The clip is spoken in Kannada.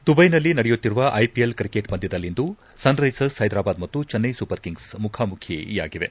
ದುಬೈನಲ್ಲಿ ನಡೆಯುತ್ತಿರುವ ಐಪಿಎಲ್ ಕ್ರಿಕೆಟ್ ಪಂದ್ಯದಲ್ಲಿಂದು ಸನ್ರೈಸರ್ಪ್ ಹೈದ್ರಾಬಾದ್ ಮತ್ತು ಚೆನ್ನೈ ಸೂಪರ್ ಕಿಂಗ್ಸ್ ಮುಖಾಮುಖಿಯಾಗಲಿವೆ